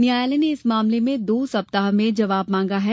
न्यायालय ने इस मामले में दो सप्ताह में जवाब मांगा है